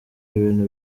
ibintu